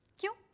you